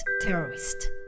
terrorist